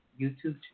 YouTube